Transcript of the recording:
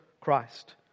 Christ